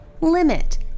limit